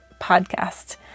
podcast